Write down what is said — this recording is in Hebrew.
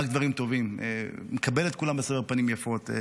רק דברים טובים, מקבל את כולם בסבר פנים יפות.